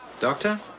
Doctor